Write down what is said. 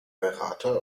berater